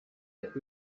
der